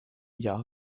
jahr